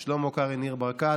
שלמה קרעי וניר ברקת,